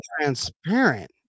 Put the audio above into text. transparent